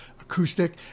acoustic